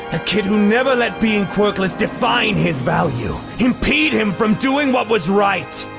a kid who never let being quirkless define his value, impede him from doing what was right,